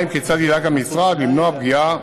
2. כיצד ידאג המשרד למנוע פגיעה